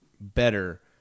better